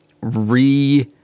re-